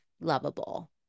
lovable